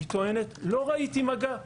היא טוענת לא ראיתי מגע.